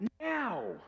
now